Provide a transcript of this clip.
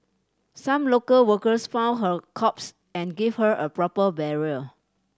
some local workers found her corpse and gave her a proper burial